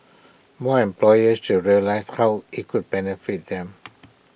more employers should realise how IT could benefit them